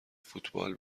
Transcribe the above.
فوتبال